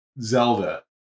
Zelda